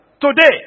Today